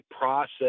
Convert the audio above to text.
process